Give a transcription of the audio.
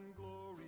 glory